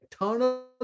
eternal